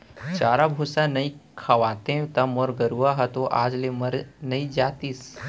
चारा भूसा नइ खवातेंव त मोर गरूवा ह तो आज ले मर नइ जातिस